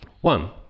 One